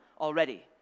already